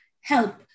help